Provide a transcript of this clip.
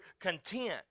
content